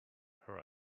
her